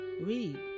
Read